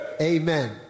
Amen